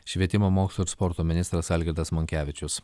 švietimo mokslo ir sporto ministras algirdas monkevičius